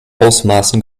ausmaßen